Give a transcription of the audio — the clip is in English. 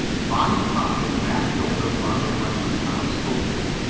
by and by the back door of farmer brown's house opened,